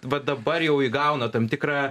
va dabar jau įgauna tam tikrą